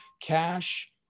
cash